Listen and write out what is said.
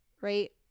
right